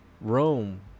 Rome